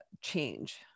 change